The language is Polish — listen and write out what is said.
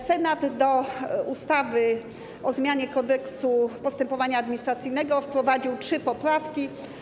Senat do ustawy o zmianie Kodeksu postępowania administracyjnego wprowadził trzy poprawki.